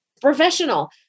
professional